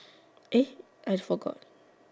I forgot